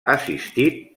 assistit